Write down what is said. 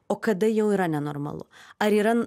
o kada jau yra nenormalu ar yra